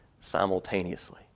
simultaneously